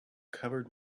covered